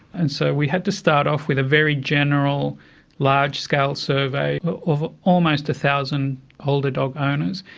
and so we had to start off with a very general large-scale survey of almost a thousand older dog owners,